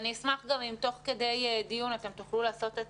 אני אשמח גם אם תוך כדי דיון אתם תוכלו לעשות את